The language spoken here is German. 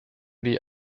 die